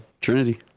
Trinity